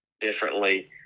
differently